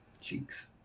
cheeks